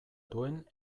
duen